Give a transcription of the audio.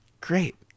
Great